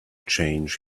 change